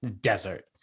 desert